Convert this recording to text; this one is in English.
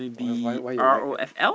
why why why you like uh